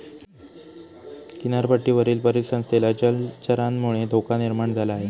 किनारपट्टीवरील परिसंस्थेला जलचरांमुळे धोका निर्माण झाला आहे